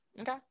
Okay